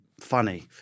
funny